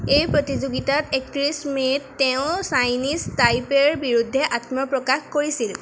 এই প্ৰতিযোগিতাত একত্ৰিছ মে'ত তেওঁ চাইনিজ টাইপেইৰ বিৰুদ্ধে আত্মপ্ৰকাশ কৰিছিল